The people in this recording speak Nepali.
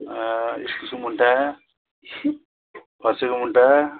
इस्कुसको मुन्टा फर्सीको मुन्टा